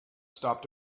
stopped